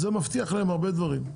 כי זה מבטיח להם הרבה דברים.